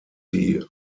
sie